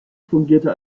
fungierte